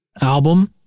album